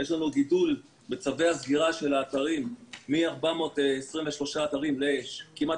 יש לנו גידול בצווי הסגירה של האתרים מ-423 אתרים לכמעט